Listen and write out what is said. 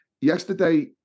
Yesterday